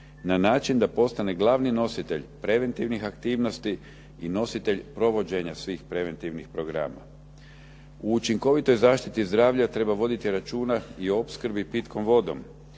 na način da postane glavni nositelj preventivnih aktivnosti i nositelj provođenja svih preventivnih programa. U učinkovitoj zaštiti zdravlja treba voditi računa i o opskrbi pitkom vodom